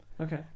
Okay